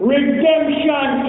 Redemption